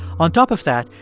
on top of that,